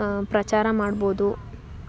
ಪ್ರಚಾರ ಮಾಡ್ಬೋದು